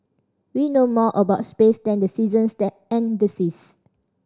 we know more about space than the seasons then and the seas